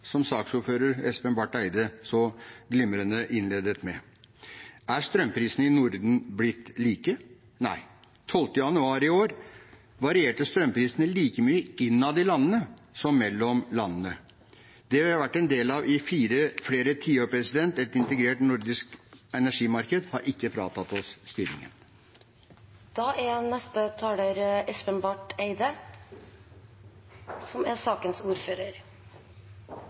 som saksordfører Espen Barth Eide så glimrende innledet med. Er strømprisene i Norden blitt like? Nei. Den 12. januar i år varierte strømprisene like mye innad i landene som mellom landene. Det vi har vært en del av i flere tiår, et integrert nordisk energimarked, har ikke fratatt oss styringen.